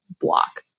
block